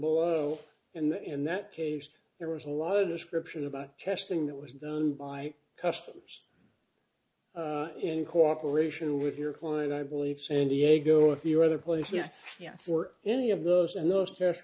below and in that case there was a lot of description about testing that was done by customers in cooperation with your client i believe san diego a few other places yes yes or any of those and those test